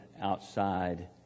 outside